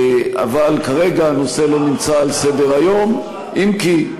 אבל כרגע הנושא לא נמצא על סדר-היום, אם כי,